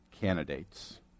candidates